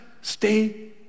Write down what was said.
stay